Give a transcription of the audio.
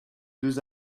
deux